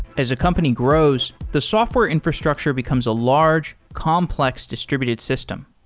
as a company grows, the software infrastructure becomes a large complex distributed system.